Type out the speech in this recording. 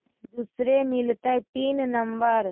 दुसरे मिलतै pin number?